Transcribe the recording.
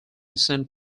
send